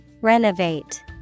Renovate